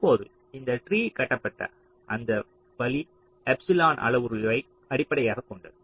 இப்போது இந்த ட்ரீ கட்டப்பட்ட அந்த வழி எப்சிலான் அளவுருவை அடிப்படையாகக் கொண்டது